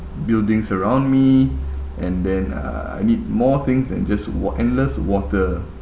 buildings around me and then uh I need more things and just wa~ endless water